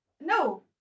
no